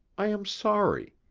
i am sorry.